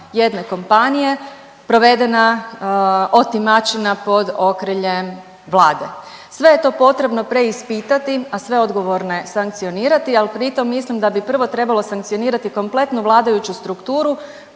jedne kompanije provedena otimačina pod okriljem Vlade. Sve je to potrebo preispitati, a sve odgovorne sankcionirati, ali pritom mislim da bi prvo trebalo sankcionirati kompletnu vladajuću strukturu